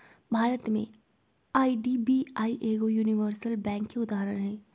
भारत में आई.डी.बी.आई एगो universal bank के उदाहरण हइ